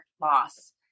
loss